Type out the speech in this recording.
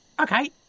okay